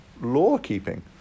law-keeping